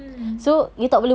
mm mm